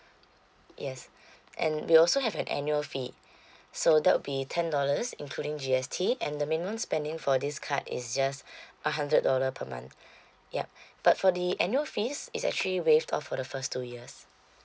yes and we also have an annual fee so that would be ten dollars including G_S_T and the minimum spending for this card is just a hundred dollar per month yup but for the annual fees is actually waived off for the first two years